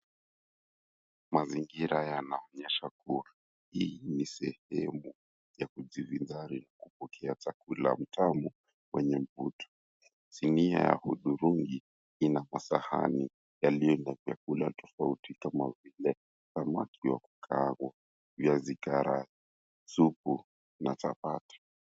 Mazingira yanaonyesha kuwa hii ni sehemu ya kujivinjari na kupokea chakula mtamu kwenye mvuto. Sinia ya hudhurungi inakuwa sahani iliyo na vyakula tofauti kama vile samaki wa kukaangwa, viazi karanga, supu na chapati.